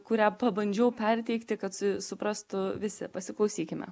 kurią pabandžiau perteikti kad si suprastų visi pasiklausykime